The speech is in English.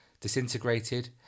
disintegrated